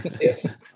yes